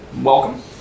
welcome